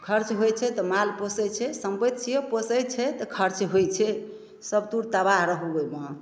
खर्च होइ छै तऽ माल पोसय छै सम्पति छियै पोसय छै तऽ खर्च होइ छै सब तुर तबाह रहू ओइमे